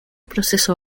proceso